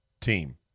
team